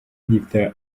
gifite